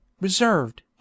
reserved